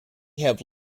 have